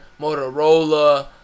Motorola